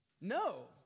No